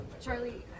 Charlie